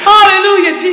Hallelujah